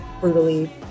brutally